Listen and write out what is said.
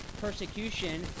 persecution